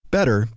Better